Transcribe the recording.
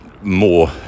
more